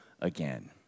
again